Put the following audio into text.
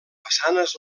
façanes